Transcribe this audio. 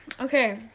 Okay